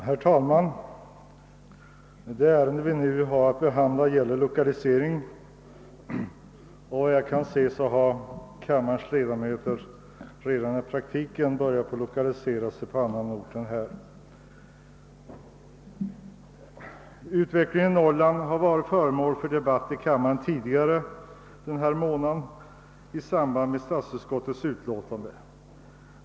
Herr talman! Det ärende vi har att behandla gäller lokalisering. Utvecklingen i Norrland har varit föremål för debatt i kammaren tidigare denna månad i samband med statsutskottets utlåtande nr 57.